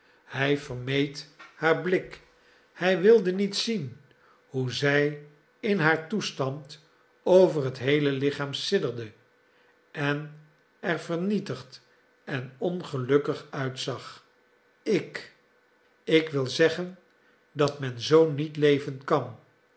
hij vermeed haar blik hij wilde niet zien hoe zij in haar toestand over het geheele lichaam sidderde en er vernietigd en ongelukkig uitzag ik ik wil zeggen dat men zoo niet leven kan